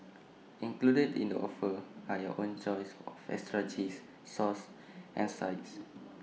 included in the offer are your own choice of extras cheese sauce and sides